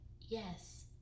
yes